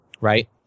right